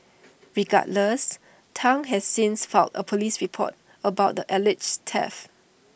regardless Tang has since filed A Police report about the alleged theft